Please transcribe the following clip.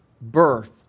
birth